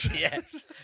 Yes